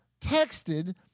texted